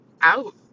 out